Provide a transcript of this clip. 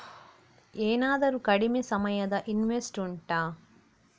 ಏನಾದರೂ ಕಡಿಮೆ ಸಮಯದ ಇನ್ವೆಸ್ಟ್ ಉಂಟಾ